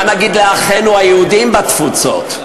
ומה נגיד לאחינו היהודים בתפוצות?